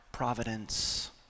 providence